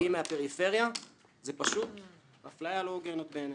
מגיעים מהפריפריה זו פשוט אפליה לא הוגנת בעיני.